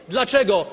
Dlaczego